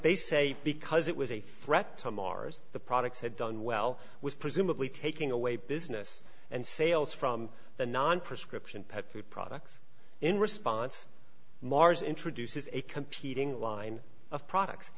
they say because it was a threat to mars the products had done well was presumably taking away business and sales from the non prescription pet food products in response maher's introduces a competing line of products